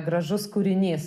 gražus kūrinys